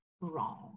Wrong